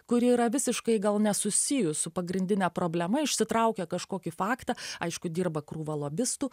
kuri yra visiškai gal nesusijus su pagrindine problema išsitraukia kažkokį faktą aišku dirba krūva lobistų